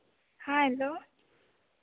हाँ हैलो